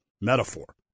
metaphor